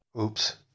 Oops